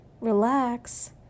relax